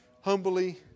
humbly